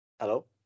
hello